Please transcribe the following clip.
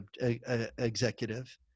executive